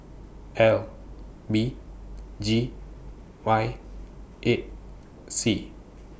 L B G Y eight C